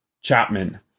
Chapman